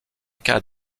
cas